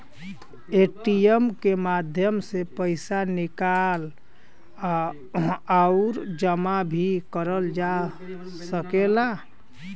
ATM के माध्यम से पइसा निकाल आउर जमा भी करल जा सकला